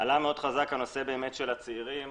עלה הנושא של הצעירים,